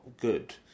good